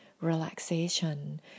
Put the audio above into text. relaxation